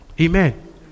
Amen